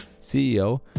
CEO